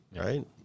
Right